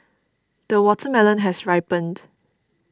the watermelon has ripened